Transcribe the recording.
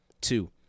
Two